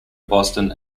boston